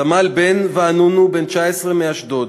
סמל בן וענונו, בן 19, מאשדוד,